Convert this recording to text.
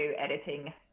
editing